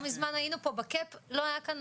לא מזמן היינו פה בקאפ לא היה כאן,